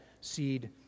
seed